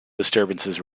disturbances